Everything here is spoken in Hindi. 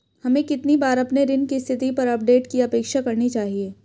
हमें कितनी बार अपने ऋण की स्थिति पर अपडेट की अपेक्षा करनी चाहिए?